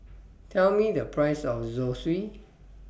Tell Me The Price of Zosui